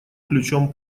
ключом